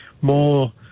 more